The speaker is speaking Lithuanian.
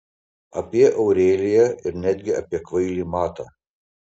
apie aureliją ir netgi apie kvailį matą